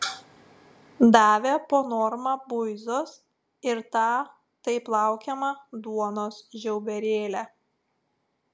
davė po normą buizos ir tą taip laukiamą duonos žiauberėlę